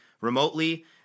remotely